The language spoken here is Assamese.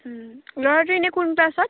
ল'ৰাটো এনেই কোন ক্লাছত